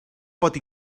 pot